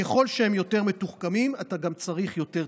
ככל שהם יותר מתוחכמים, אתה צריך גם יותר צוות.